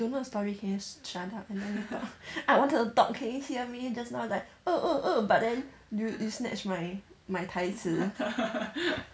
if you don't know the story can you just shut up and let me talk I wanted to talk can you hear me just now like oh oh oh but then you you snatch my my 台词